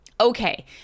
Okay